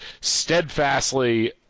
steadfastly